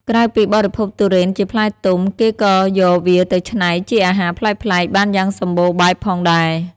ក្រៅពីបរិភោគទុរេនជាផ្លែទុំ គេក៏យកវាទៅច្នៃជាអាហារប្លែកៗបានយ៉ាងសម្បូរបែបផងដែរ។